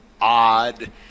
odd